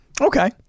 Okay